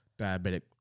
diabetic